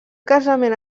casament